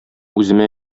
үземә